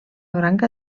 branca